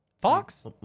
Fox